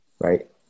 right